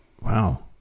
Wow